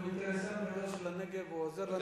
הוא אינטרסנט גדול של הנגב והוא עוזר לנו,